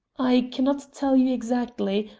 i cannot tell you exactly,